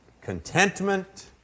contentment